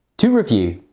to review,